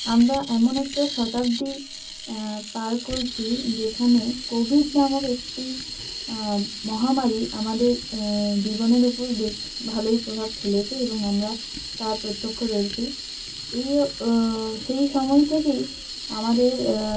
আমরা এমন একটা শতাব্দী পার করছি যেখানে কোভিড নামক একটি মহামারী আমাদের জীবনের ওপর বেশ ভালোই প্রভাব ফেলেছে এবং আমরা তার প্রত্যক্ষদর্শী এই সেই সময় থেকেই আমাদের